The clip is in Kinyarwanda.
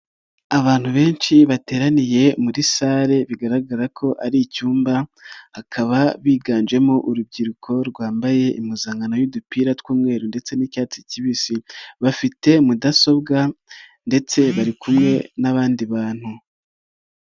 Abantu benshi bateraniye muri sale bigaragara ko ari icyumba, akaba biganjemo urubyiruko rwambaye impuzankano y'udupira tw'umweru ndetse n'icyatsi kibisi, bafite mudasobwa ndetse bari kumwe n'abandi bantu.